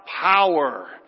power